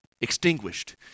extinguished